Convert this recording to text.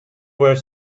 were